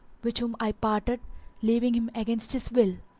which whom i parted, leaving him against his will.